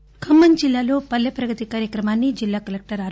సత్యనారాయణ ఖమ్మం జిల్లాలో పల్లె ప్రగతి కార్యక్రమాన్ని జిల్లా కలెక్టర్ ఆర్